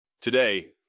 Today